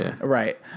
Right